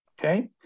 okay